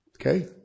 Okay